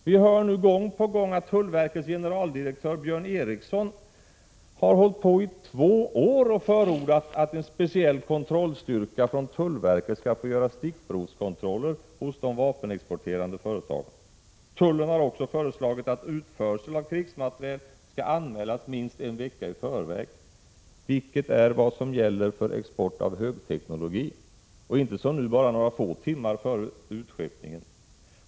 Vi hör nu att tullverkets generaldirektör Björn Eriksson i två år har förordat att en speciell kontrollstyrka från tullverket skall få göra stickprovskontroller hos de vapenexporterande företagen. Tullen har också föreslagit att utförsel av krigsmateriel skall anmälas minst en vecka i förväg, vilket är vad som gäller för export av högteknologi, och inte som nu bara några få timmar före utskeppningen.